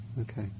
Okay